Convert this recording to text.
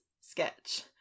sketch